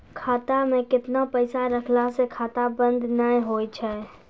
खाता मे केतना पैसा रखला से खाता बंद नैय होय तै?